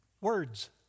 Words